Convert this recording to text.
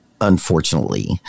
Unfortunately